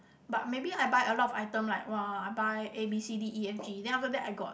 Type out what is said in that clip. but maybe I buy a lot of item like !whoa! I buy A B C D E F G then after that I got